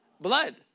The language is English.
blood